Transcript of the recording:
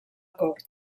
cort